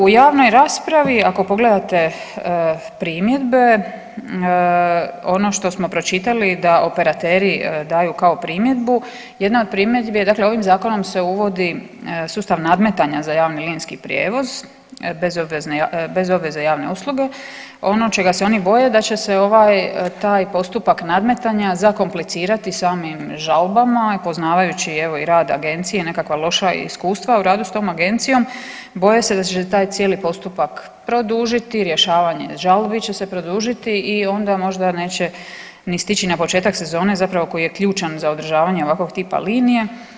U javnoj raspravi ako pogledate primjedbe, ono što smo pročitali da operateri daju kao primjedbu, jedna od primjedbi je dakle ovim zakonom se uvodi sustav nadmetanja za javni linijski prijevoz bez obveze javne usluge ono čega se oni boje da će se ovaj, taj postupak nadmetanja zakomplicirati samim žalbama i poznavajući evo i rad agencije i nekakva loša iskustva u radu s tom agencijom boje se da će se taj cijeli postupak produžiti, rješavanje žalbi će se produžiti i onda možda neće ni stići na početak sezone zapravo koji je ključan za održavanje ovakvog tipa linije.